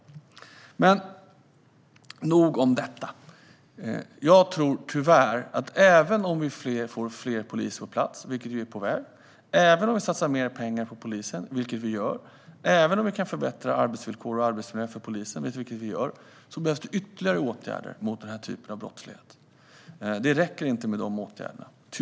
Nog om det. Jag tror tyvärr att även om vi får fler poliser på plats, vilket vi är på väg att få, även om vi satsar mer pengar på polisen, vilket vi gör, och även om vi kan förbättra arbetsvillkor och arbetsmiljö för polisen, vilket vi gör, så behövs det ytterligare åtgärder mot den här typen av brottslighet. Det räcker tyvärr inte med dessa åtgärder.